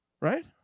Right